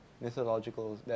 mythological